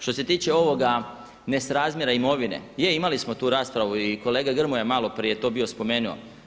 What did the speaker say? Što se tiče ovoga nesrazmjera imovine, je, imali smo tu raspravu i kolega Grmoja je malo prije to bio spomenuo.